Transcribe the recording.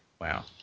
Wow